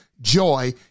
joy